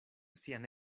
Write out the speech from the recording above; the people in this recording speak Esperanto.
sian